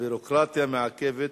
הביורוקרטיה המעכבת